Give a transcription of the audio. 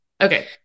Okay